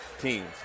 teams